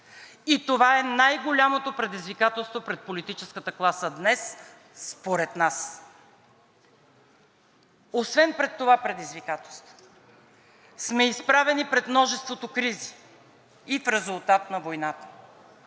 и това е най-голямото предизвикателство пред политическата класа днес според нас. Освен пред това предизвикателство сме изправени пред множеството кризи и в резултат на войната